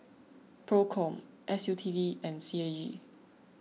Procom S U T D and C A E